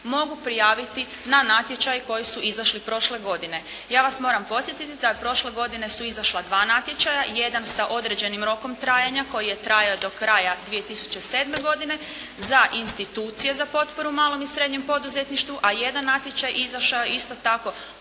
mogu prijaviti na natječaj koji su izašli prošle godine. Ja vas moram podsjetiti da prošle godine su izašla dva natječaja, jedan s određenim rokom trajanja koji je trajao do kraja 2007. godine za institucije za potporu malom i srednjem poduzetništvu a jedan natječaj izašao je isto tako